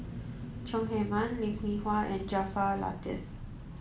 Chong Heman Lim Hwee Hua and Jaafar Latiff